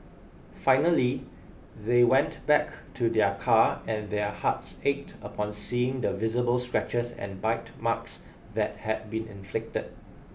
finally they went back to their car and their hearts ached upon seeing the visible scratches and bite marks that had been inflicted